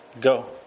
Go